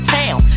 town